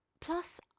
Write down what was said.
Plus